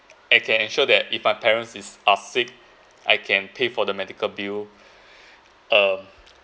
and can ensure that if my parents is are sick I can pay for the medical bill uh